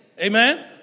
amen